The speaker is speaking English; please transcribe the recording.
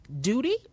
duty